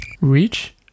reach